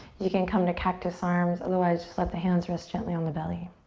you can come to cactus arms, otherwise just let the hands rest gently on the belly.